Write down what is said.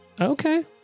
Okay